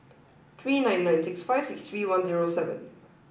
three nine nine six five six three one zero seven